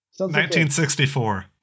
1964